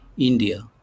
India